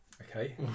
Okay